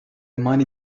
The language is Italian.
mani